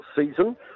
season